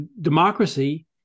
democracy